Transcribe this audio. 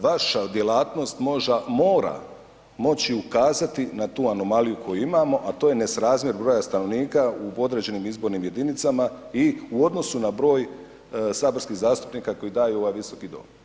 Vaša djelatnost mora moći ukazati na tu anomaliju koju imamo, a to je nesrazmjer broja stanovnika u određenim izbornim jedinicama i u odnosu na broj saborskih zastupnika koji daju u ovaj visoki dom.